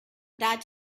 that